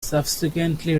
subsequently